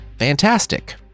Fantastic